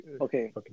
okay